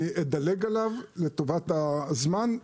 אני אדלג עליו לטובת הזמן.